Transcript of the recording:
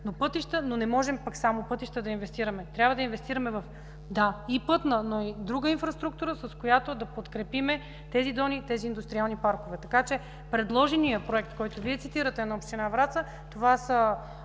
Но не можем пак само в пътища да инвестираме. Трябва да инвестираме в пътна, но и в друга инфраструктура, с която да подкрепим тези зони и тези индустриални паркове. Така че предложеният Проект, който Вие цитирате – на община Враца, това са